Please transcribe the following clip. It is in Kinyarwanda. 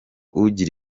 ugira